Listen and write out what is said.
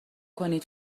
کنین